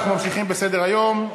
אנחנו ממשיכים בסדר-היום: